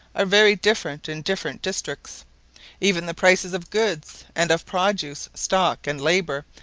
are very different in different districts even the prices of goods and of produce, stock and labour,